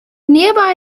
nearby